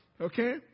Okay